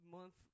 Month